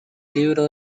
libro